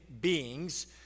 beings